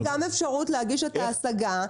כי יש להם אפשרות להתגונן ויש להם גם אפשרות להגיש השגה,